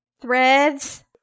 Threads